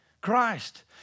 Christ